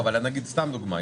אבל נגיד סתם דוגמא,